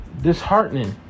disheartening